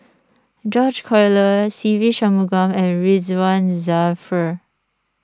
George Collyer Se Ve Shanmugam and Ridzwan Dzafir